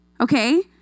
Okay